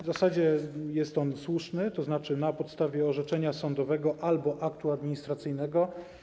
W zasadzie jest on słuszny - tzn. na podstawie orzeczenia sądowego albo aktu administracyjnego.